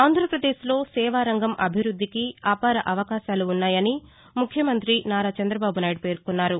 ఆంధ్రాపదేశ్లో సేవారంగం వృద్ధికి అపార అవకాశాలున్నాయని ముఖ్యమంతి నారా చంద్రబాబునాయుడు పేర్కొన్నారు